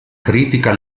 critica